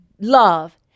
love